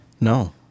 No